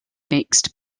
mixed